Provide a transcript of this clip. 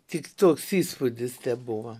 tik toks įspūdis tebuvo